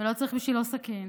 ולא צריך בשבילו סכין.